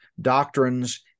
doctrines